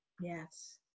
Yes